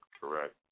correct